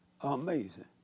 Amazing